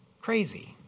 Crazy